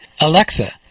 alexa